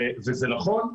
וזה נכון,